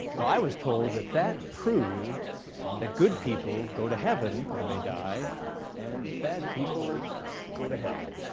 wel, i was told that that proved that good people go to heaven when they die and bad people go to hell.